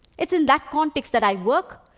it's in that context that i work.